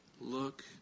Look